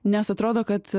nes atrodo kad